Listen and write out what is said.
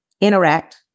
interact